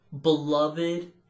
beloved